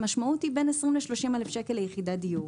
והמשמעות היא בין 20,000 ל-30,000 שקל ליחידת דיור.